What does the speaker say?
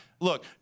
Look